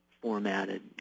formatted